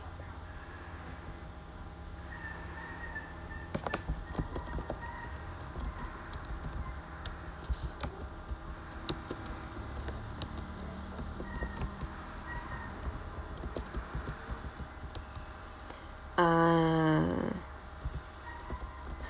ah